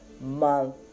month